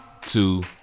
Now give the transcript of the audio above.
two